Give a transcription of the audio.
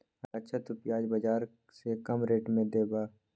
अच्छा तु प्याज बाजार से कम रेट में देबअ?